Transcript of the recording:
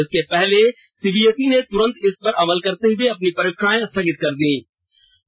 इसके पहले सीबीएसई ने तुरंत इस पर अमल करते हुए अपनी परीक्षाएं स्थगित कर दी थी